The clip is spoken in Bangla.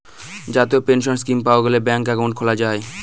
জাতীয় পেনসন স্কীম পাওয়া গেলে ব্যাঙ্কে একাউন্ট খোলা যায়